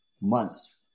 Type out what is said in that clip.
months